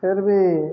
ଫିର୍ ବି